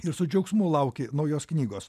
ir su džiaugsmu lauki naujos knygos